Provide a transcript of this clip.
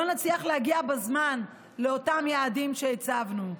לא נצליח להגיע בזמן לאותם יעדים שהצבנו.